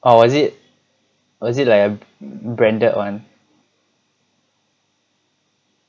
or is it or is it like a branded one